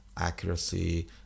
accuracy